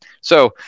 So-